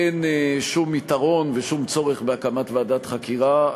אין שום יתרון ושום צורך בהקמת ועדת חקירה.